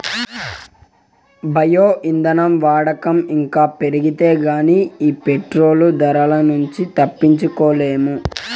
bio ఇంధనం వాడకం ఇంకా పెరిగితే గానీ ఈ పెట్రోలు ధరల నుంచి తప్పించుకోలేం